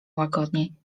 łagodniej